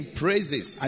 praises